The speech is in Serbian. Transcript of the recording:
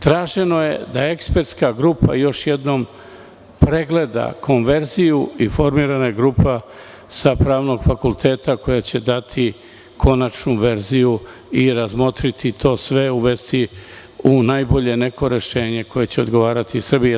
Traženo je da ekspertska grupa još jednom pregleda konverziju i formirana je grupa sa pravnog fakulteta, koja će dati konačnu verziju i razmotriti to sve i uvesti neko najbolje rešenje koje će odgovarati Srbiji.